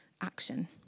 action